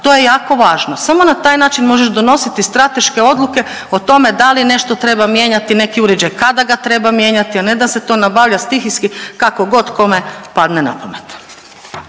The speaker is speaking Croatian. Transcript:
To je jako važno. Samo na taj način možeš donositi strateške odluke o tome da li nešto treba mijenjati neki uređaj, kada ga treba mijenjati, a ne da se to nabavlja stihijski kako god kome padne na pamet.